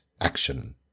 action